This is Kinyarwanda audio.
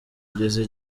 icyo